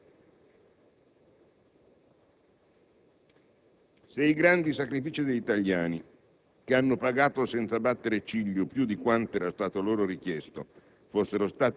Mi auguro che nella sua replica il Ministro dell'economia possa mettere fine a questo balletto ed assumersi le sue responsabilità.